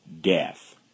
death